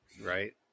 Right